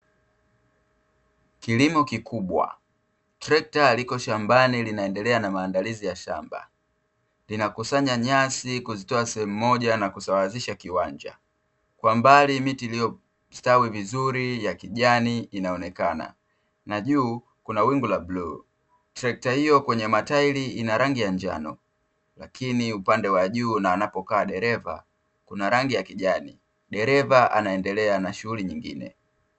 Kilimo kikubwa. Trekta liko shambani linaendelea na maandalizi ya shamba, linakusanya nyasi kuzitoa sehemu moja na kusawazisha kiwanja. Kwa mbali miti iliyostawi vizuri ya kijani inaonekana na juu kuna wingu la bluu. Trekta hiyo kwenye matairi ina rangi ya njano, lakini upande wa juu na anapokaa dereva kuna rangi ya kijani; dereva anaendelea na shughuli nyingine.